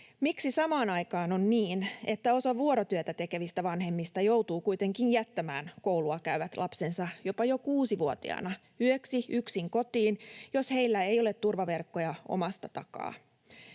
Miksi samaan aikaan on niin, että osa vuorotyötä tekevistä vanhemmista joutuu kuitenkin jättämään koulua käyvät lapsensa jopa jo kuusivuotiaana yöksi yksin kotiin, jos heillä ei ole turvaverkkoja omasta takaa?